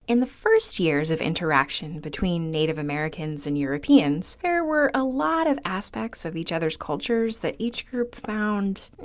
in the first years of interaction between native americans and europeans, there were a lot of aspects of each other's cultures that each group found,